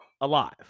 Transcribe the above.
alive